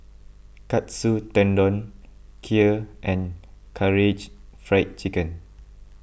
Katsu Tendon Kheer and Karaage Fried Chicken